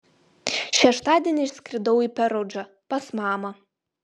šeštadienį išskridau į perudžą pas mamą